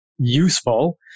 Useful